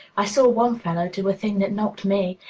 i saw one fellow do a thing that knocked me.